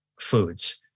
foods